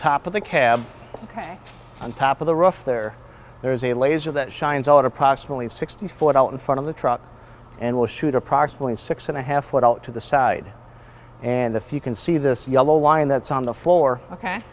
top of the cab ok on top of the rough there there is a laser that shines out approximately sixty foot out in front of the truck and will shoot approximately six and a half foot out to the side and a few can see this yellow line that's on the floor ok